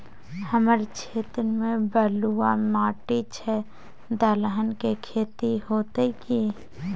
हमर क्षेत्र में बलुआ माटी छै, दलहन के खेती होतै कि?